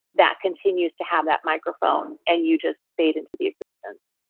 that continues to have that microphone and you just fade into the existence